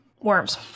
Worms